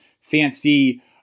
fancy